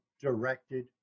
directed